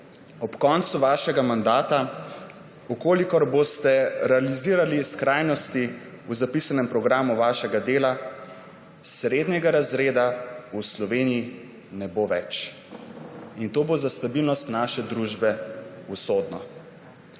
Ob koncu vašega mandata, če boste realizirali skrajnosti v zapisanem programu svojega dela, srednjega razreda v Sloveniji ne bo več in to bo za stabilnost naše družbe usodno.